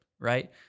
right